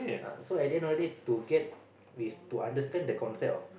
ah so at the end of the day to get with to understand the concept of